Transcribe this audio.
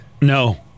No